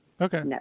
okay